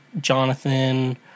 Jonathan